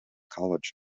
college